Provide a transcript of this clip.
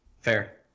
Fair